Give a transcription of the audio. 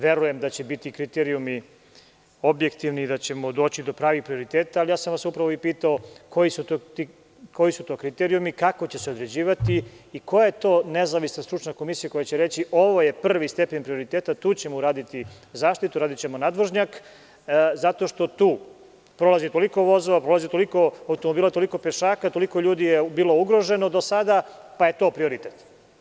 Verujem da će biti kriterijumi objektivni i da ćemo doći do pravnih prioriteta, ali ja sam vas upravo i pitao koji su to kriterijumi, kako će se određivati i koja je to nezavisna stručna komisija koja će reći – ovo je prvi stepen prioriteta tu ćemo uraditi zaštitu, uradićemo nadvožnjak, zato što tu prolazi toliko vozova, prolazi toliko automobila, toliko pešaka, toliko ljudi je bilo ugroženo do sada, pa je to prioritet.